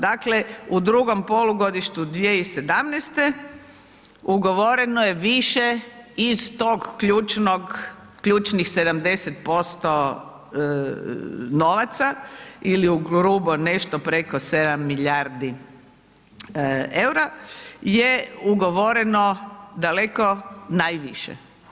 Dakle u drugoj polugodištu 2017. ugovoreno je više iz tog ključnih 70% novaca ili ugrubo nešto preko 7 milijardi eura je ugovoreno daleko najviše.